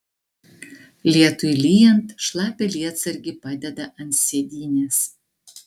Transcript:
lietui lyjant šlapią lietsargį padeda ant sėdynės